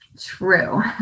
true